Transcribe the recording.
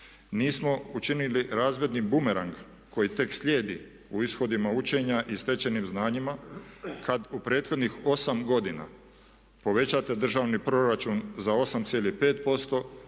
Nismo učinili razvidni bumerang koji tek slijedi u ishodima učenja i stečenim znanjima kad u prethodnih 8 godina povećate državni proračun za 8,5%,